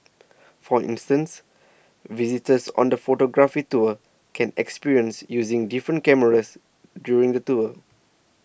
for instance visitors on the photography tour can experience using different cameras during the tour